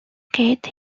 keith